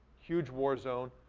huge war zone.